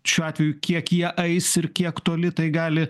šiuo atveju kiek jie ais ir kiek toli tai gali